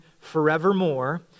forevermore